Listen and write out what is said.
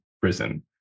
prison